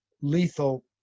lethal